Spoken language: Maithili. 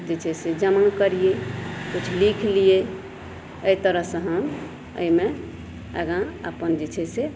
जे छै से जमा करियै किछु लीख लियै एहि तरहसँ हम एहिमे आगाँ अपन जे छै से